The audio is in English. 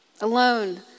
alone